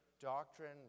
doctrine